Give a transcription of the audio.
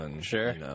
Sure